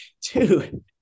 two